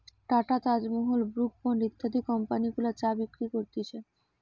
tata, Taj Mahal, Brooke Bond ইত্যাদি company গুলা চা বিক্রি করতিছে